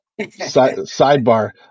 sidebar